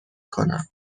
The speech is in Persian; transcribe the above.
کنم